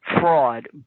fraud